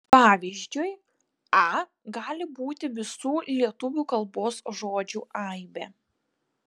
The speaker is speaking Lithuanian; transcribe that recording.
pavyzdžiui a gali būti visų lietuvių kalbos žodžių aibė